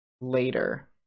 later